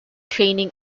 training